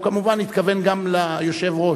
הוא כמובן התכוון גם ליושב-ראש.